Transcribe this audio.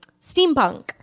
steampunk